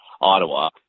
Ottawa